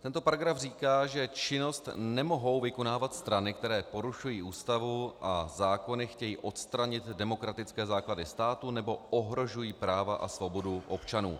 Tento paragraf říká, že činnost nemohou vykonávat strany, které porušují Ústavu a zákony, chtějí odstranit demokratické základy státu nebo ohrožují práva a svobodu občanů.